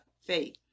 faith